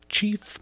Chief